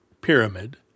pyramid